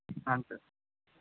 ಹಾಂ ಸರ್